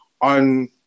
on